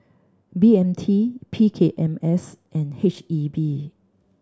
B M T P K M S and H E B